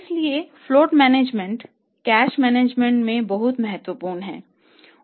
इसलिए float management में बहुत महत्वपूर्ण है